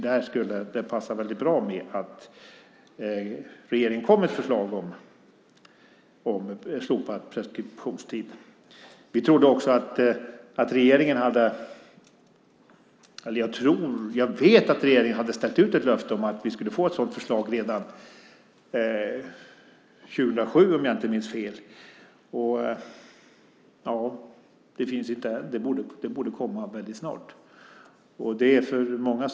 Där skulle det passa väldigt bra att regeringen kom med ett förslag om slopad preskriptionstid. Jag vet att regeringen hade ställt ut ett löfte om att vi skulle få ett sådant förslag redan 2007, om jag inte minns fel. Det finns inte än. Det borde komma väldigt snart, av många anledningar.